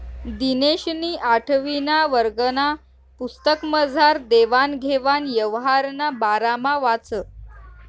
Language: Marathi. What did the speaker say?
दिनेशनी आठवीना वर्गना पुस्तकमझार देवान घेवान यवहारना बारामा वाचं